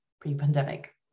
pre-pandemic